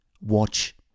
Watch